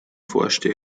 forschte